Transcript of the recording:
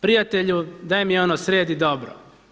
Prijatelju daj mi ono sredi, dobro.